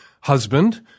husband